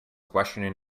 questioning